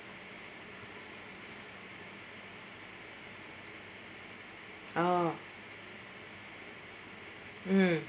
oh mm